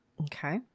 Okay